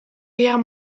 guerre